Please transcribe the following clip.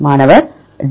மாணவர் D